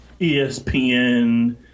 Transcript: ESPN